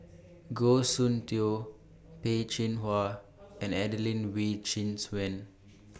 Goh Soon Tioe Peh Chin Hua and Adelene Wee Chin Suan